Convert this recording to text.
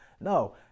no